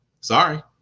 Sorry